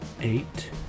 Eight